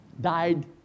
died